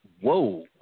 Whoa